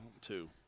Two